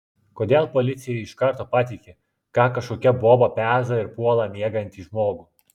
kodėl policija iš karto patiki ką kažkokia boba peza ir puola miegantį žmogų